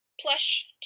plush